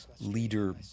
leader